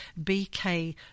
BK